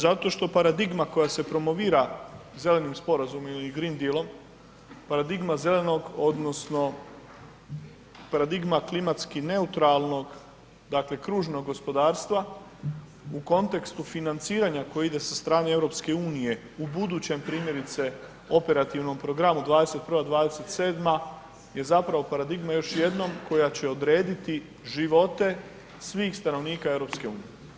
Zato što paradigma koja se promovira Zelenim sporazumom ili Green Dilom, paradigma zelenog odnosno paradigma klimatski neutralnog, dakle kružnog gospodarstva, u kontekstu financiranja koje ide sa strane EU u budućem primjerice operativnom programu '21.-'27. je zapravo paradigma još jednom koja će odrediti živote svih stanovnika EU.